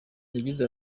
yagize